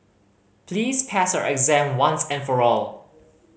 please pass exam once and for all